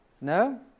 No